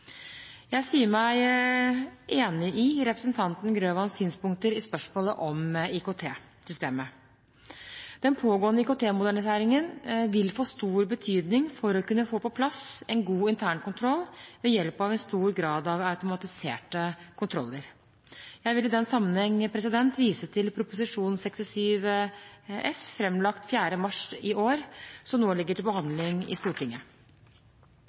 Jeg sier meg enig i representanten Grøvans synspunkter i spørsmålet om IKT-systemet. Den pågående IKT-moderniseringen vil få stor betydning for å kunne få på plass en god internkontroll ved hjelp av en stor grad av automatiserte kontroller. Jeg vil i den sammenheng vise til Prop. 67 S framlagt 4. mars i år, som nå ligger til behandling i Stortinget.